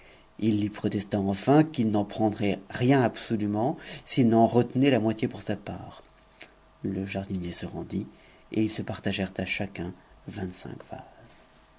il lui protesta enfin qu'il n'en prendrait rien absolument s'il n'en retenait la moitié pour sa pan le jardinier se rendit et ils se partagèrent à chacun